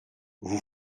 vous